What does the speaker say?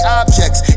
objects